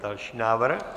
Další návrh?